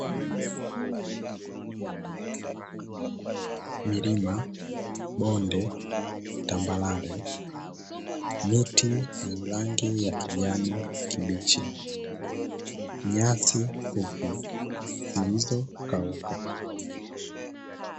Milima, bonde, tambarare, miti yenye rangi ya kijani kibichi, nyasi fupi zilizokauka.